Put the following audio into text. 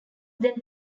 then